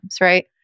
right